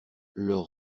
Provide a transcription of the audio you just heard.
leurs